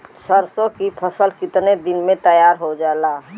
सरसों की फसल कितने दिन में तैयार हो जाला?